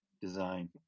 design